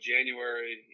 January